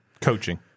coaching